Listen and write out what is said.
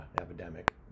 epidemic